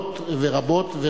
מגוונות ורבות.